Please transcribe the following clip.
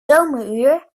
zomeruur